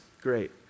great